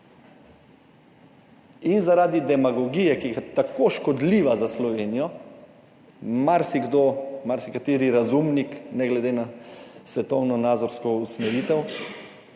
In zaradi demagogije, ki je tako škodljiva za Slovenijo, marsikdo, marsikateri razumnik, ne glede na svetovno nazorsko usmeritev,